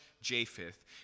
Japheth